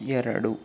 ಎರಡು